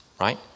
right